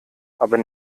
aber